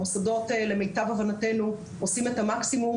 המוסדות למיטב הבנתנו עושים את המקסימום.